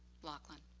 lockland.